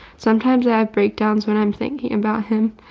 sometimes i have breakdowns when i'm thinking about him.